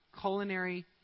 culinary